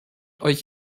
euch